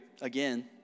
Again